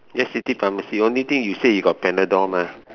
yes city pharmacy only thing you said you got Panadol mah